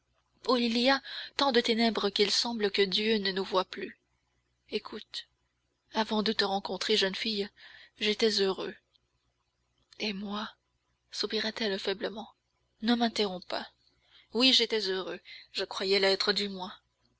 où il y a tant de ténèbres qu'il semble que dieu ne nous voit plus écoute avant de te rencontrer jeune fille j'étais heureux et moi soupira t elle faiblement ne m'interromps pas oui j'étais heureux je croyais l'être du moins